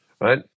Right